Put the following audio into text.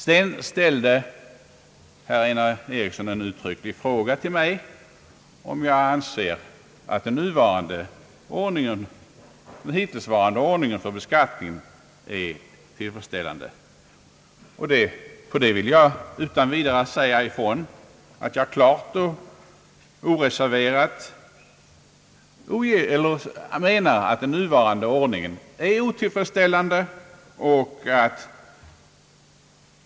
Sedan frågade herr Einar Eriksson mig om jag anser att den hittillsvarande ordningen för beskattningen är tillfredsställande. På det vill jag utan vidare svara, att jag klart och oreserverat menar att den nuvarande ordningen är otillfredsställande.